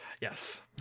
yes